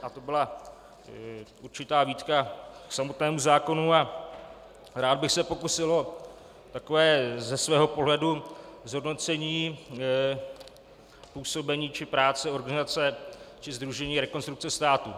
To byla určitá výtka samotnému zákonu a rád bych se pokusil o takové ze svého pohledu zhodnocení působení či práce organizace či sdružení Rekonstrukce státu.